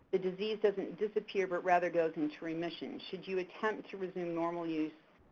the disease doesn't disappear, but rather goes into remission. should you attempt to resume normal use,